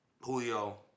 Julio